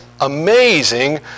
amazing